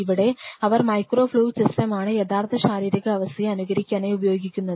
ഇവിടെ അവർ microfluidic സിസ്റ്റമാണ് യഥാർത്ഥ ശാരീരിക അവസ്ഥയെ അനുകരിക്കാനായി ഉപയോഗിക്കുന്നത്